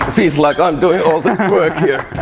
feels like i'm doing all the work here